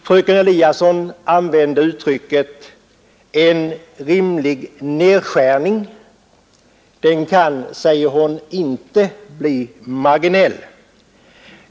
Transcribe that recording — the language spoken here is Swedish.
Fröken Eliasson använde uttrycket ”en rimlig nedskärning”. Den kan, säger hon, inte bli marginell.